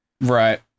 Right